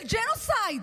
של ג'נוסייד.